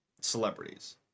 celebrities